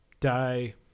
die